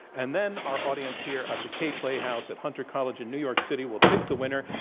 and then our audience here at the kay playhouse at hunter college in new york city will pick the winner.